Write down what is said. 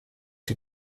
die